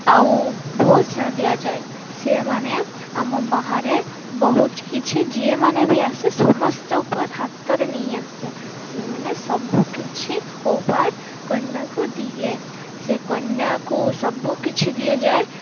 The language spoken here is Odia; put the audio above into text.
ଆଉ ବହୁତ ସାରା ଦିଆଯାଏ ସିଏ ମାନେ ଆମ ବାହାରେ ବହୁତ କିଛି ଯିଏ ମାନେ ବି ଆସେ ସମସ୍ତେ ଉପହାର ହାତରେ ନେଇ ଆସେ ସିଏ ମାନେ ସବୁକିଛି ଓ ଉପହାର କନ୍ୟାକୁ ଦିଏ ସେ କନ୍ୟାକୁ ସବୁ କିଛି ଦିଆଯାଏ